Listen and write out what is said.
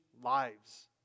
lives